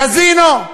קזינו.